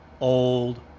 old